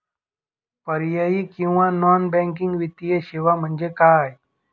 पर्यायी किंवा non banking वित्तीय सेवा म्हणजे काय?